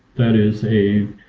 that is a,